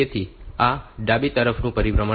તેથી આ ડાબી તરફનું પરિભ્રમણ છે